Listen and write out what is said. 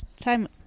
time